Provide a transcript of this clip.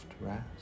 rest